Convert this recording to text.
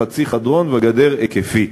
חצי חדרון וגדר היקפית.